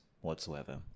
whatsoever